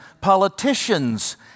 politicians